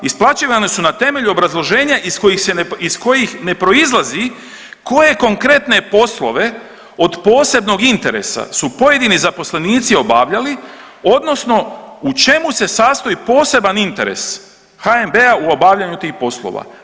Isplaćivane su na temelju obrazloženja iz kojih ne proizlazi koje konkretne poslove od posebnog interesa su pojedini zaposlenici obavljali, odnosno u čemu se sastoji poseban interes HNB-a u obavljanju tih poslova.